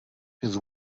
his